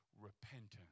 Repentance